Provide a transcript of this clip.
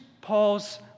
Paul's